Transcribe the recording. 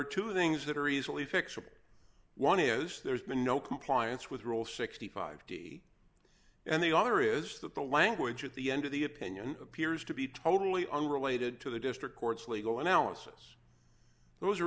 two things that are easily fixable one is there's been no compliance with rule sixty five and the other is that the language at the end of the opinion appears to be totally unrelated to the district court's legal analysis those are